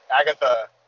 Agatha